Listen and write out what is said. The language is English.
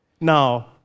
Now